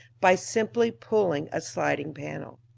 by simply pulling a sliding panel.